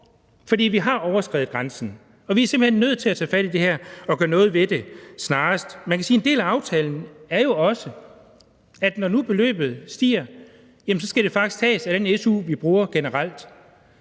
for vi har overskredet grænsen. Og vi er simpelt hen nødt til at tage fat i det her og gøre noget ved det snarest. Man kan sige, at en del af aftalen jo også er, at når nu beløbet stiger, skal det faktisk tages af den su, vi bruger generelt.